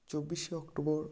চব্বিশে অক্টোবর